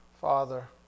Father